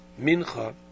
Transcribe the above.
Mincha